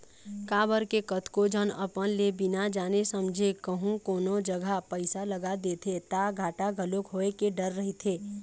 काबर के कतको झन अपन ले बिना जाने समझे कहूँ कोनो जघा पइसा लगा देथे ता घाटा घलोक होय के डर रहिथे